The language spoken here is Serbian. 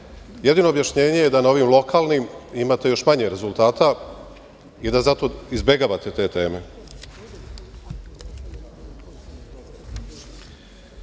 jedino objašnjenje je da na ovim lokalnim imate još manje rezultata i da zato izbegavate te teme. Kad